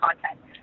content